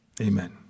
Amen